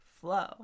flow